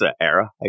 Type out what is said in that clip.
era